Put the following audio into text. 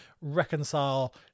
reconcile